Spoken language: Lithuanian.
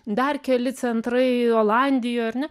dar keli centrai olandijoj ar ne